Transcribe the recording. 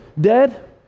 dead